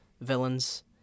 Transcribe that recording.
villains